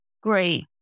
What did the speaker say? Great